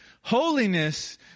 Holiness